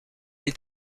est